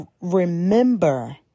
Remember